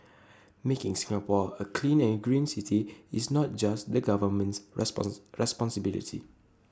making Singapore A clean and green city is not just the government's response responsibility